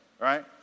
right